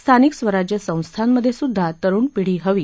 स्थानिक स्वराज्य संस्थांमध्ये सुद्धा तरुण पिढी हवी